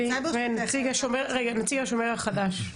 נציג השומר החדש.